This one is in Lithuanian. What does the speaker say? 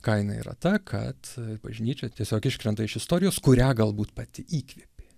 kaina yra ta kad bažnyčia tiesiog iškrenta iš istorijos kurią galbūt pati įkvėpė